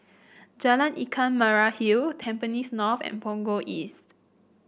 Jalan Ikan Merah Hill Tampines North and Punggol East